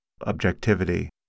objectivity